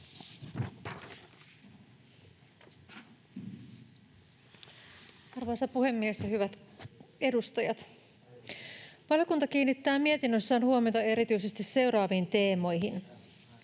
Arvoisa puhemies ja hyvät edustajat! Valiokunta kiinnittää mietinnössään huomiota erityisesti seuraaviin teemoihin: